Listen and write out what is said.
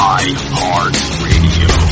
iHeartRadio